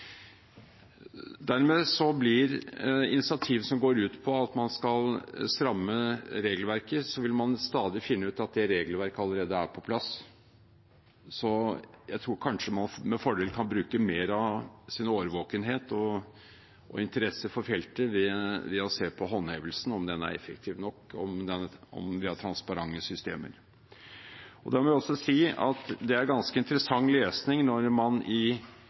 initiativ som går ut på at man skal stramme inn regelverket, vil man stadig finne ut at regelverket er på plass. Jeg tror kanskje man med fordel kan bruke mer av sin årvåkenhet og interesse for feltet på å se om håndhevelsen er effektiv nok, og om vi har transparente systemer. Jeg vil også si det er ganske interessant lesning når man i